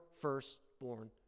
firstborn